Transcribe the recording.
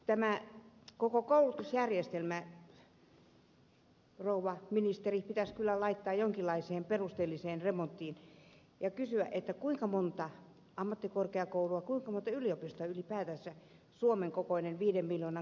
tämä koko koulutusjärjestelmä rouva ministeri pitäisi kyllä laittaa jonkinlaiseen perusteelliseen remonttiin ja kysyä kuinka monta ammattikorkeakoulua kuinka monta yliopistoa ylipäätänsä suomen kokoinen viiden miljoonan kansa tarvitsee